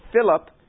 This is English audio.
Philip